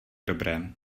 dobré